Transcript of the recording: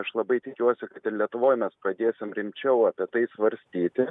aš labai tikiuosi kad ir lietuvoj mes pradėsim rimčiau apie tai svarstyti